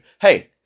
Hey